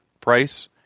price